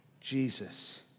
Jesus